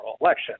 election